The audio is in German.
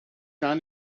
gar